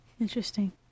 Interesting